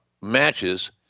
matches